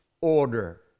order